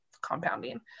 compounding